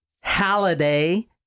Halliday